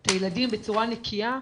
את הילדים בצורה נקייה,